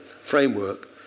framework